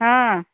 ಹಾಂ